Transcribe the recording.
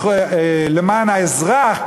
למען האזרח,